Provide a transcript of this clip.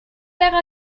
pega